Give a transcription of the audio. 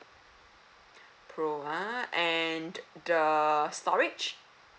pro ah and the storage